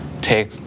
take